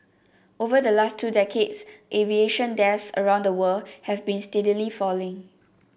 over the last two decades aviation deaths around the world have been steadily falling